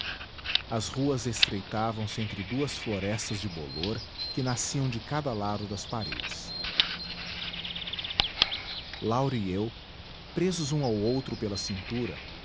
as ruas estreitavam se entre duas florestas de bolor que nasciam de cada lado das paredes laura e eu presos um ao outro pela cintura